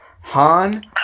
Han